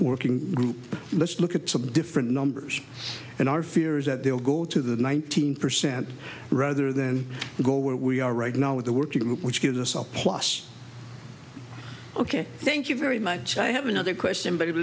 working group let's look at some different numbers and our fear is that they'll go to the nineteen percent rather than go where we are right now with the working group which gives us a plus ok thank you very much i have another question b